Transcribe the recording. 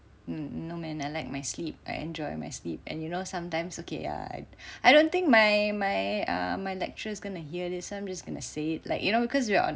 no man I like my sleep I enjoy my sleep and you know sometimes okay lah I I don't think my my err my lecturer's gonna hear this I'm just going to say it like you know because we are on